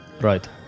Right